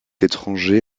étranger